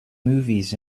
movies